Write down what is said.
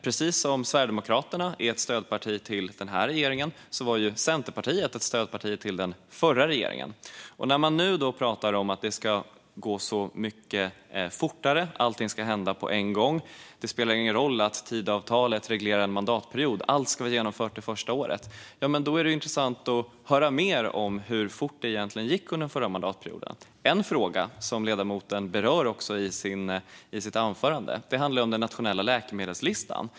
Precis som Sverigedemokraterna är ett stödparti till nuvarande regering var Centerpartiet ett stödparti till den förra regeringen. Man talar här om att det ska gå mycket fortare och att allt ska hända på en gång. Det spelar ingen roll att Tidöavtalet reglerar en mandatperiod; allt ska vara genomfört det första året. Då är det intressant att höra mer om hur fort det egentligen gick under föregående mandatperiod. En fråga som ledamoten berörde i sitt anförande var den nationella läkemedelslistan.